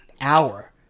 hour